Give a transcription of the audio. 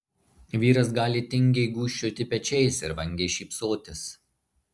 vyras gali tingiai gūžčioti pečiais ir vangiai šypsotis